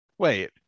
wait